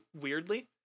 weirdly